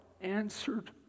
answered